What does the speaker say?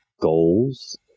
goals